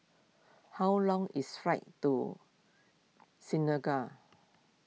how long is flight to Senegal